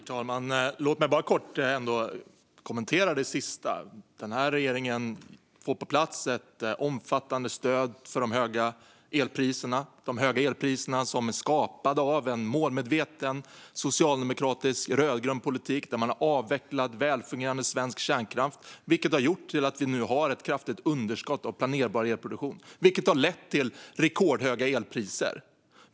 Herr talman! Låt mig bara kort ändå kommentera det sista. Den här regeringen får ett omfattande stöd för de höga elpriserna på plats - de höga elpriserna som är skapade av en målmedveten socialdemokratisk rödgrön politik där man har avvecklat välfungerande svensk kärnkraft. Det har lett till att vi nu har ett kraftigt underskott av planerbar elproduktion, vilket har lett till rekordhöga elpriser.